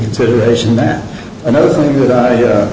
consideration that another thing that i